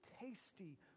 tasty